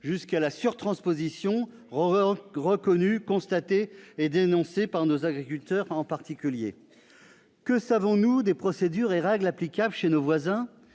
jusqu'à la surtransposition, reconnue, constatée et dénoncée par nos agriculteurs en particulier ? Que savons-nous des procédures et règles applicables chez nos voisins